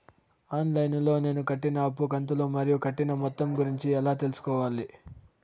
On line లో నేను కట్టిన అప్పు కంతులు మరియు కట్టిన మొత్తం గురించి ఎలా తెలుసుకోవాలి?